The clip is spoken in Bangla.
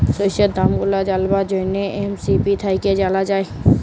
শস্যের দাম গুলা জালবার জ্যনহে এম.এস.পি থ্যাইকে জালা যায়